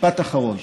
משפט אחרון.